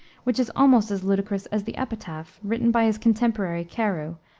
which is almost as ludicrous as the epitaph, written by his contemporary, carew,